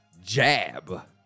jab